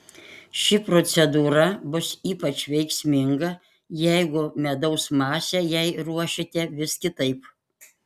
ši procedūra bus ypač veiksminga jeigu medaus masę jai ruošite vis kitaip